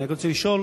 אני רק רוצה לשאול,